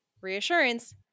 reassurance